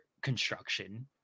construction